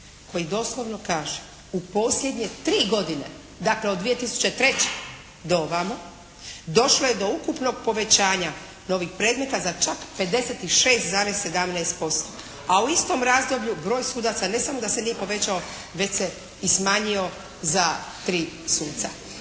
koji doslovno kaže: U posljednje tri godine dakle od 2003. do ovamo, došlo je do ukupnog povećanja novih predmeta za čak 56,17%. A u istom razdoblju broj sudaca ne samo da se nije povećao već se i smanjio za 3 suca.